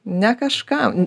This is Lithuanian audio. ne kažkam